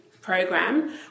Program